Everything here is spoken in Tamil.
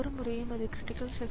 பி அதை வழங்க முடியாமல் போகலாம்